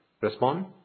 respond